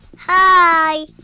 Hi